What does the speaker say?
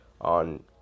on